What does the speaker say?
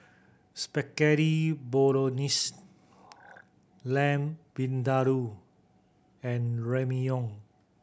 Spaghetti Bolognese Lamb Vindaloo and Ramyeon